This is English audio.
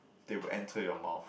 they would enter your mouth